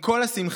עם כל השמחה,